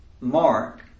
Mark